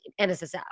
nssf